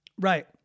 Right